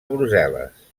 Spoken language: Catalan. brussel·les